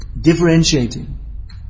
differentiating